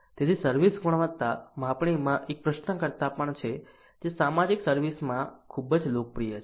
તેથી સર્વિસ ગુણવત્તા માપણીમાં એક પ્રશ્નકર્તા પણ છે જે સામાજિક સર્વિસ માં ખૂબ જ લોકપ્રિય છે